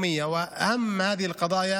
בגליל,